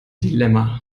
dilemma